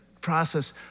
process